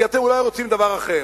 כי אתם אולי רוצים דבר אחר,